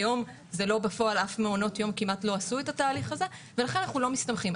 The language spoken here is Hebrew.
אף מעון יום כמעט לא עשה את התהליך הזה ולכן אנחנו לא מסתמכים.